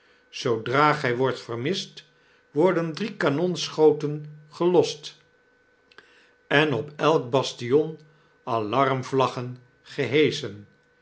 zoodra gij wordt vermist worden drie kanonschoten gelost en op elk bastion alarmvlaggen gehesehen